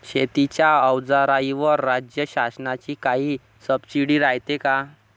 शेतीच्या अवजाराईवर राज्य शासनाची काई सबसीडी रायते का?